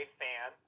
fan